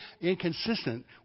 inconsistent